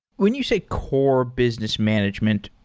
when you say core business management,